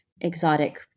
exotic